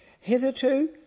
Hitherto